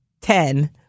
ten